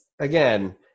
again